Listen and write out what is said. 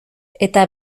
eta